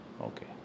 okay